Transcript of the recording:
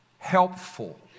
helpful